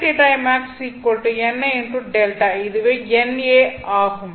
எனவே இதுவே NA ஆகும்